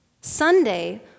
Sunday